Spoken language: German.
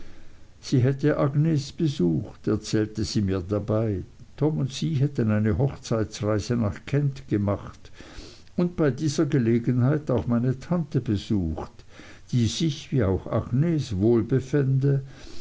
sie hätte agnes besucht erzählte sie mir dabei tom und sie hätten eine hochzeitsreise nach kent gemacht und bei dieser gelegenheit auch meine tante besucht die sich wie auch agnes